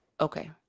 okay